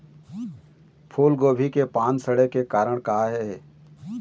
फूलगोभी के पान सड़े के का कारण ये?